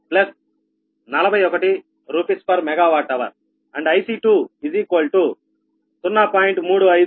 35 Pg141 RsMWhrమరియు IC20